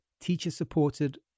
teacher-supported